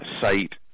site